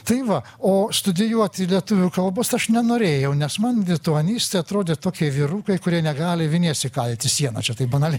tai va o studijuoti lietuvių kalbos aš nenorėjau nes man lituanistai atrodė tokie vyrukai kurie negali vinies įkalti į sieną čia taip banaliai